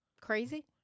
crazy